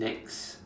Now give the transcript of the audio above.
Nex